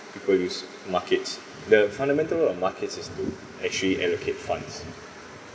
people use markets the fundamental of markets is to actually allocate funds